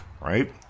right